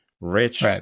rich